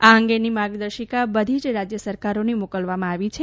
આ અંગેની માર્ગદર્શિકા બધી જ રાજ્ય સરકારોને મોકલવામાં આવી છે